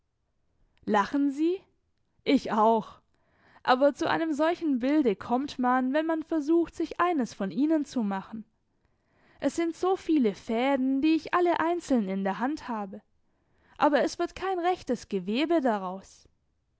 lachen sie ich auch aber zu einem solchen bilde kommt man wenn man versucht sich eines von ihnen zu machen es sind so viele fäden die ich alle einzeln in der hand habe aber es wird kein rechtes gewebe daraus